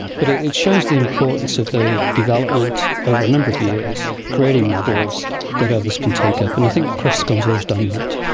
but it shows the importance of the development over a number of years creating models that others can take up, and i think questacon so has always done that.